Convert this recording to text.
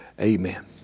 amen